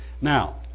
now